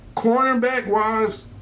Cornerback-wise